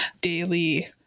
daily